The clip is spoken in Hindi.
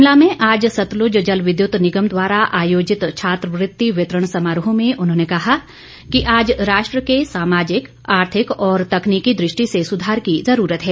शिमला में आज सतलुज जल विद्युत निगम द्वारा आयोजित छात्रवृत्ति वितरण समारोह में उन्होंने कहा कि आज राष्ट्र के सामाजिक आर्थिक और तकनीकी दृष्टि से सुधार की जरूरत है